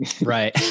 Right